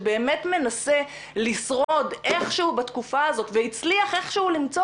שבאמת מנסה לשרוד איכשהו בתקופה הזאת והצליח איכשהו למצוא